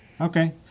Okay